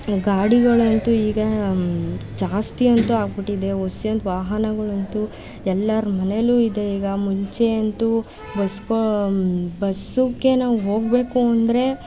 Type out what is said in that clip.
ಗಾಡಿಗಳಂತೂ ಈಗ ಜಾಸ್ತಿ ಅಂತೂ ಆಗಿಬಿಟ್ಟಿದೆ ಒಸ್ಯಂತ ವಾಹನಗಳಂತೂ ಎಲ್ಲರ ಮನೇಲೂ ಇದೆ ಈಗ ಮುಂಚೆ ಅಂತೂ ಬಸ್ಸಿಗೆ ಬಸ್ಸಿಗೆ ನಾವು ಹೋಗಬೇಕು ಅಂದರೆ